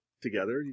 Together